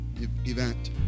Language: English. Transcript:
event